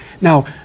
Now